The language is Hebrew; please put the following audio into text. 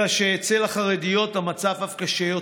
אלא שאצל החרדיות המצב אף קשה יותר,